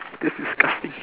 that's disgusting